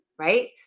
Right